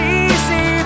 easy